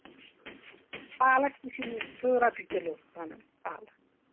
پَالک تہِ چھِ تٕرٛہ رۄپیہِ کِلوٗ بَنَن پالک